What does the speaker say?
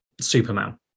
Superman